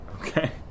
Okay